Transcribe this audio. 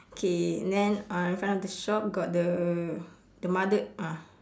okay and then uh in front of the shop got the the mother ah